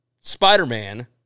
Spider-Man